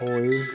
ਹੋਏ